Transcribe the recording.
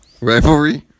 Rivalry